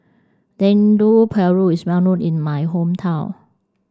Dendeng Paru is well known in my hometown